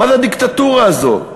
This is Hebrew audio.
מה זה הדיקטטורה הזאת?